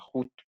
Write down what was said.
נכות,